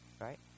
Right